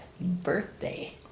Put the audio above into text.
birthday